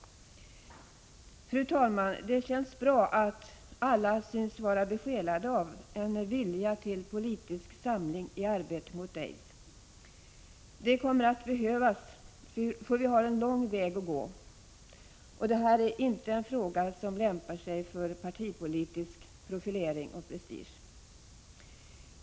Fru talman! Det känns bra att alla synes vara besjälade av en vilja till politisk samling i arbetet mot aids. Det kommer att behövas, för vi har en lång väg att gå. Det här är inte en fråga som lämpar sig för partipolitisk profilering och prestige.